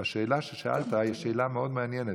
השאלה ששאלת היא שאלה מאוד מעניינת.